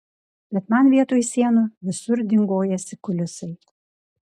bet man vietoj sienų visur dingojasi kulisai